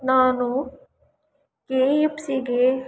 ನಾನು K F ಸಿಗೆ